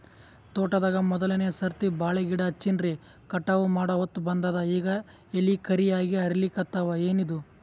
ತೋಟದಾಗ ಮೋದಲನೆ ಸರ್ತಿ ಬಾಳಿ ಗಿಡ ಹಚ್ಚಿನ್ರಿ, ಕಟಾವ ಮಾಡಹೊತ್ತ ಬಂದದ ಈಗ ಎಲಿ ಕರಿಯಾಗಿ ಹರಿಲಿಕತ್ತಾವ, ಏನಿದು?